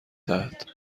دهد